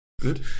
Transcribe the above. good